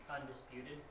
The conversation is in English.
Undisputed